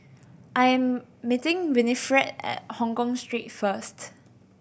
I am meeting Winifred at Hongkong Street first